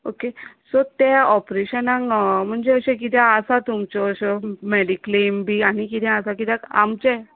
okay so ते ऑप्रेशनाक म्हणजे अशें किते आसा तुमच्यो अश्यो मॅडिक्लेम बी आनी किते आसा कित्याक आमचे